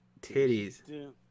Titties